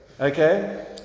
Okay